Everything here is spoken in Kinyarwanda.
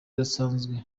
idasanzwe